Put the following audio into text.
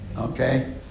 Okay